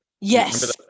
Yes